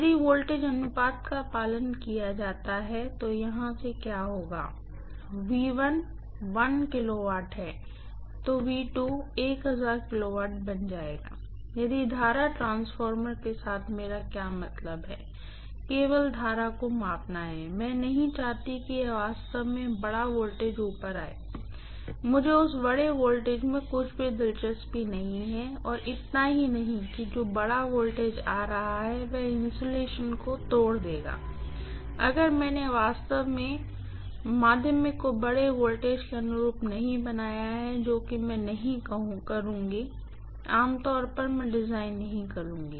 यदि वोल्टेज अनुपात का पालन किया जाता है तो यहां से क्या होगा kV है तो kV बन जाएगा लेकिन करंट ट्रांसफार्मर के साथ मेरा क्या मतलब है केवल करंट को मापना है मैं नहीं चाहती कि वास्तव में यह बड़ा ऊपर वोल्टेज आए मुझे उस बड़े वोल्टेज में बिल्कुल भी दिलचस्पी नहीं है और इतना ही नहीं कि जो बड़ा वोल्टेज आ रहा है वह इन्सुलेशन को तोड़ देगा अगर मैंने वास्तव में सेकेंडरी को बड़े वोल्टेज के अनुरूप नहीं बनाया है जो कि मैं नहीं करुँगी आम तौर पर मैं डिजाइन नहीं करुँगी